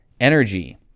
energy